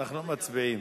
אנחנו מצביעים.